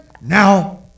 now